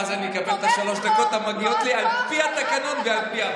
ואז אני אקבל את שלוש הדקות המגיעות לי על פי התקנות ועל פי החוק.